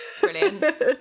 brilliant